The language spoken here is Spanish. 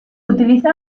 utiliza